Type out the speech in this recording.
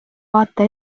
vaata